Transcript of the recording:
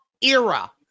era